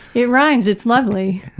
it rhymes! it's lovely.